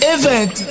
Event